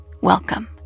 Welcome